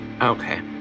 Okay